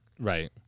right